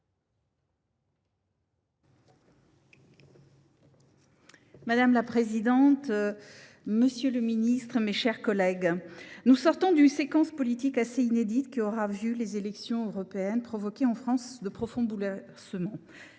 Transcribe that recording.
Madame la présidente, monsieur le ministre, mes chers collègues, nous sortons d’une séquence politique assez inédite, qui aura vu les élections européennes provoquer en France de profonds bouleversements.